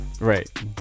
Right